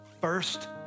First